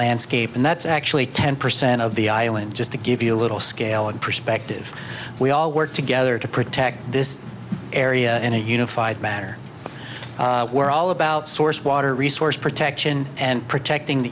landscape and that's actually ten percent of the island just to give you a little scale of perspective we all work together to protect this area in a unified manner we're all about source of water resource protection and protecting the